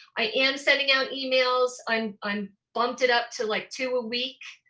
i am sending out emails. i'm i'm bumped it up to like two a week.